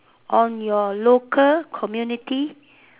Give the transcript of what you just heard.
on your local community